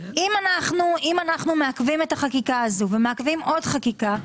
אם אנחנו מעכבים את החקיקה הזאת ומעכבים עוד חקיקה,